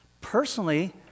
Personally